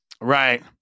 right